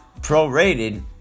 prorated